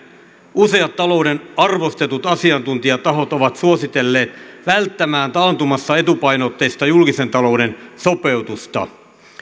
useat talouden arvostetut asiantuntijatahot ovat suositelleet välttämään taantumassa etupainotteista julkisen talouden sopeutusta